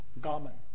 garment